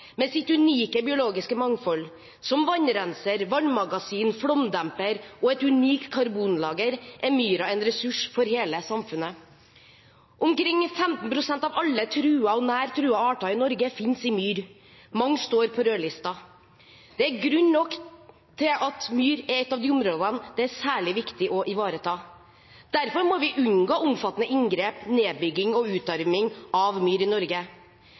Med sitt unike biologiske mangfold – som vannrenser, vannmagasin, flomdemper og et unikt karbonlager – er myra en ressurs for hele samfunnet. Omkring 15 pst. av alle truede og nesten truede arter i Norge finnes i myr. Mange står på rødlisten. Det er grunn nok til at myr er et av de områdene det er særlig viktig å ivareta. Derfor må vi unngå omfattende inngrep, nedbygging og utarming av myr i Norge.